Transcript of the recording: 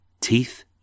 Teeth